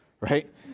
right